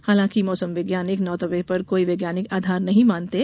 हालांकि मौसम वैज्ञानिक नवतपे का कोई वैज्ञानिक आधार नहीं मानते हैं